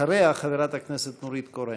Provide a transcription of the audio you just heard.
אחריה, חברת הכנסת נורית קורן.